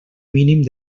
mínim